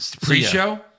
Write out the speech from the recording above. Pre-show